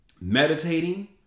meditating